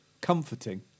comforting